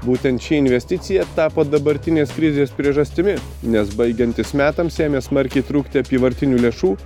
būtent ši investicija tapo dabartinės krizės priežastimi nes baigiantis metams ėmė smarkiai trūkti apyvartinių lėšų